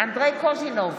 אנדרי קוז'ינוב,